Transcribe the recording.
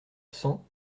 cent